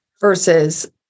Versus